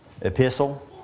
epistle